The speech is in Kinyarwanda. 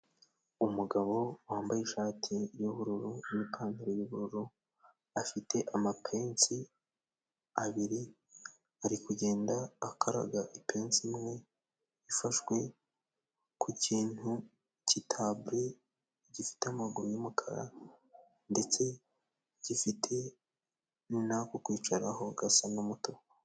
Umugabo wambaye ishati y'ubururu, n'ipantaro y'ubururu, afite amapensi abiri ari kugenda akaraga ipensi, imwe ifashwe ku kintu cy'itabure gifite amaguru y'umukara, ndetse gifite n'ako kwicaraho gasa n'umutuku.